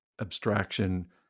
abstraction